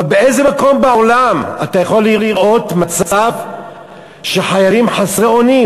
אבל באיזה מקום בעולם אתה יכול לראות מצב שחיילים חסרי אונים?